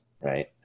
right